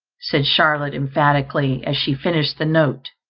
said charlotte emphatically, as she finished the note,